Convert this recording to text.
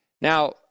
Now